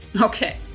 Okay